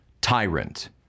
tyrant